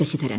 Sasidharan